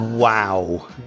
Wow